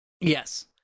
Yes